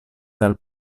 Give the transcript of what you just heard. dal